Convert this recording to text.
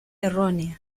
errónea